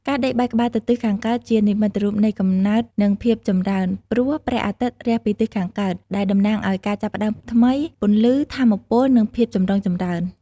ការដេកបែរក្បាលទៅទិសខាងកើត ជានិមិត្តរូបនៃកំណើត និងភាពចម្រើន ព្រោះព្រះអាទិត្យរះពីទិសខាងកើត ដែលតំណាងឱ្យការចាប់ផ្តើមថ្មី ពន្លឺ ថាមពល និងភាពចម្រុងចម្រើន។